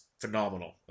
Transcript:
phenomenal